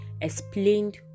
explained